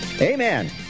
Amen